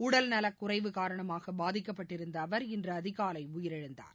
உடல்நலக்குறைவு காரணமாக பாதிக்கப்பட்டிருந்த அவர் இன்று அதிகாலை உயிரிழந்தார்